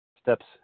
steps